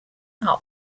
are